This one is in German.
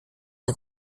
ein